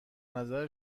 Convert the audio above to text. نظر